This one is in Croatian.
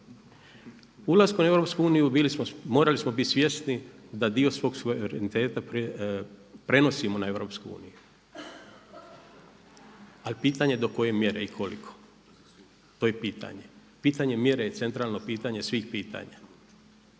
Ulaskom u EU morali smo bit svjesni da dio svog suvereniteta prenosimo na EU, ali pitanje do koje mjere i koliko. To je pitanje. Pitanje mjere je centralno pitanje svih pitanja